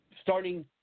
starting